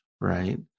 right